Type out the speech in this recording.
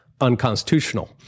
unconstitutional